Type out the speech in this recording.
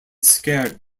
scared